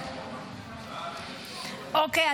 אוקיי,